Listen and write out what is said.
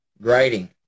Grading